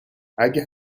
اگه